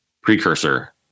precursor